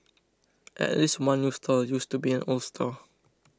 at least one new stall used to be an old one